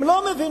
הם לא מבינים?